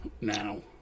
now